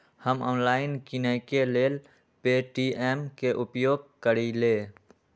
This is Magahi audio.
हम ऑनलाइन किनेकेँ लेल पे.टी.एम के उपयोग करइले